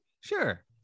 sure